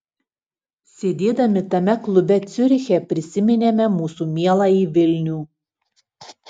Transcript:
sėdėdami tame klube ciuriche prisiminėme mūsų mieląjį vilnių